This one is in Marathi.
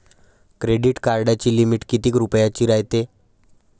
क्रेडिट कार्डाची लिमिट कितीक रुपयाची रायते?